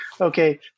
okay